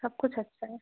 सब कुछ अच्छा है